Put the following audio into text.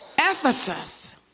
Ephesus